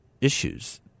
issues